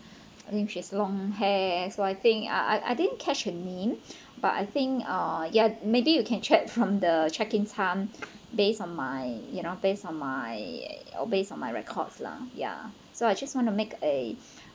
I think she's long hair so I think I I didn't catch her name but I think uh ya maybe you can check from the check in time based on my you know based on my based on my records lah ya so I just want to make a